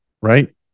right